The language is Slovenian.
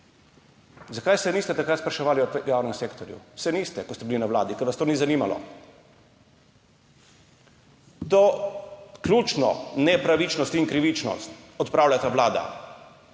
Zakaj se niste takrat spraševali o javnem sektorju? Niste se, ko ste bili na Vladi, ker vas to ni zanimalo. To ključno nepravičnost in krivičnost odpravlja ta vlada.